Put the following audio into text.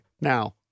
Now